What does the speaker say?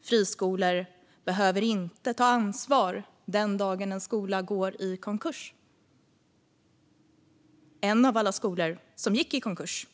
Friskolor behöver inte ta ansvar den dagen en skola går i konkurs. En av alla skolor som gått i konkurs,